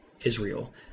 israel